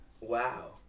wow